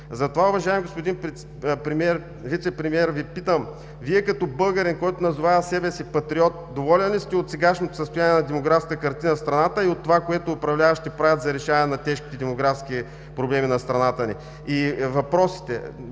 Затова, уважаеми господин Вицепремиер, Ви питам: Вие като българин, който назовава себе си „патриот“, доволен ли сте от сегашното състояние на демографската картина в страната и от това, което управляващите правят за решаване на тежките демографски проблеми на страната ни?